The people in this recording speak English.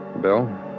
Bill